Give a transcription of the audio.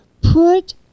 Put